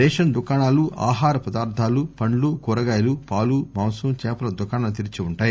ration దుకాణాలు ఆహార పదార్లాలు పండ్లు కూరగాయలు పాలు మాంసం చేపల దుకాణాలు తెరిచి ఉంటాయి